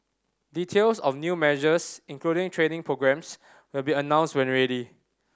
details of new measures including training programmes will be announced when ready